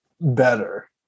better